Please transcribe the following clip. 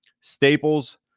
Staples